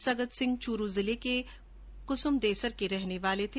सगत सिंह चूरू जिले के कोडमदेसर के रहने वाले थे